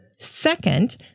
Second